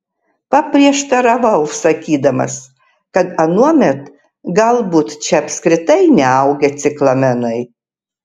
paprieštaravau sakydamas kad anuomet galbūt čia apskritai neaugę ciklamenai